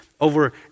over